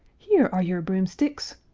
here are your broomsticks,